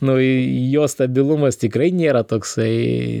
nu jo stabilumas tikrai nėra toksai